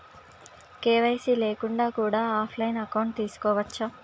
KYC లేకుండా కూడా offline account తీసుకోవచ్చా?